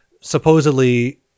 Supposedly